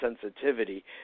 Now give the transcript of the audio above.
sensitivity